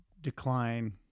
decline